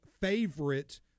favorite